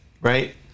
right